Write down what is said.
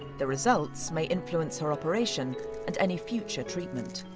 the results may influence her operation and any future treatment.